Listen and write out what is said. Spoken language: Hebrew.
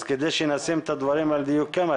אז כדי שנשים את הדברים דיוקם,